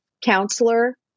counselor